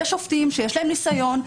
יש שופטים שיש להם ניסיון,